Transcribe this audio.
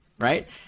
right